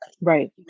Right